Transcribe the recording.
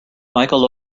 michael